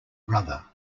brother